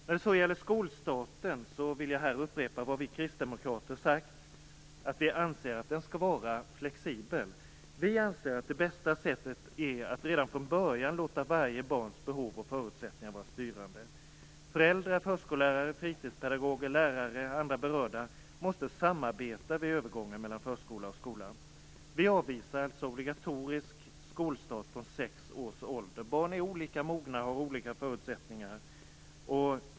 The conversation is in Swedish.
När det gäller skolstarten vill jag upprepa vad vi kristdemokrater tidigare har sagt. Vi anser att skolstarten skall vara flexibel. Det bästa sättet är att redan från början låta varje barns behov och förutsättningar vara styrande. Föräldrar, förskollärare, fritidspedagoger, lärare och andra berörda måste samarbeta vid övergången mellan förskola och skola. Vi avvisar alltså en obligatorisk skolstart vid sex års ålder. Barn är olika mogna och har olika förutsättningar.